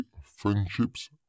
Friendships